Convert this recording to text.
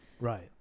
Right